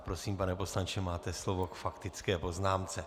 Prosím, pane poslanče, máte slovo k faktické poznámce.